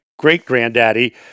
great-granddaddy